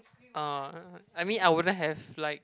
uh I mean I wouldn't have like